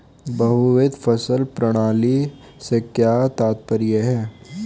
बहुविध फसल प्रणाली से क्या तात्पर्य है?